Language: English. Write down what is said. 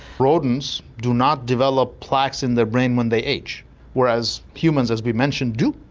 rodents do not develop plaques in their brain when they age whereas humans as we mentioned do.